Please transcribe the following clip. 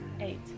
Eight